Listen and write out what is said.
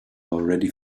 already